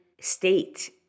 state